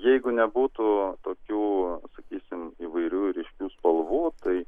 jeigu nebūtų tokių sakysim įvairių ryškių spalvų tai